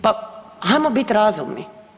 Pa ajmo bit razumni.